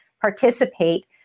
participate